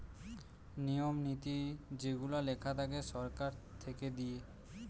নিয়ম নীতি যেগুলা লেখা থাকে সরকার থেকে দিয়ে